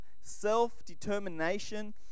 self-determination